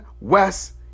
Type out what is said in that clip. Wes